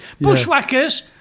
Bushwhackers